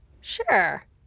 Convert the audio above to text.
Sure